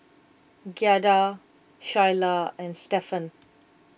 Giada Shyla and Stephan